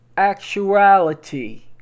actuality